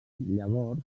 llavors